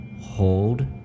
hold